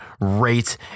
rate